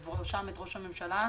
ובראשם את ראש הממשלה,